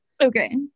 okay